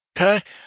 Okay